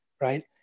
right